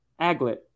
Aglet